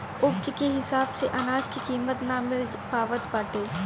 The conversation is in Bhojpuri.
उपज के हिसाब से अनाज के कीमत ना मिल पावत बाटे